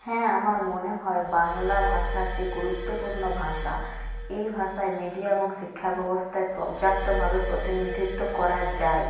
হ্যাঁ আমার মনে হয় বাংলা ভাষা একটি গুরুত্বপূর্ণ ভাষা এই ভাষায় মিডিয়া এবং শিক্ষা ব্যবস্থায় পর্যাপ্তভাবে প্রতিনিধিত্ব করা যায়